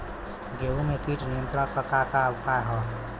गेहूँ में कीट नियंत्रण क का का उपाय ह?